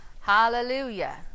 hallelujah